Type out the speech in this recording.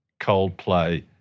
Coldplay